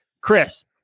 Chris